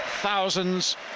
thousands